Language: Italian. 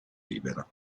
libera